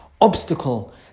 obstacle